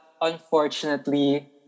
unfortunately